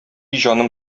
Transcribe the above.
җаным